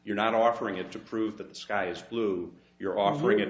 you're not offering it to prove that the sky is blue you're offering it